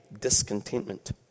discontentment